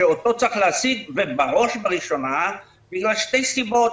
שאותו צריך להשיג, ובראש ובראשונה בגלל שתי סיבות.